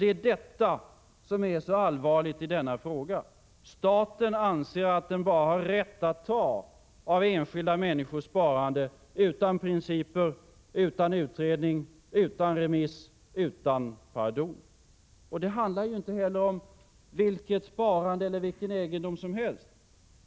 Det är detta som är så allvarligt i denna fråga: att staten anser att den har rätt att bara ta av enskilda människors sparande — utan principer, utan utredning, utan remiss, utan pardon. Det handlar ju inte om vilket sparande eller vilken egendom som helst.